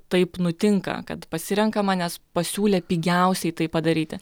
taip nutinka kad pasirenkama nes pasiūlė pigiausiai tai padaryti